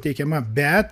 teikiama bet